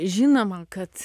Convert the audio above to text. žinoma kad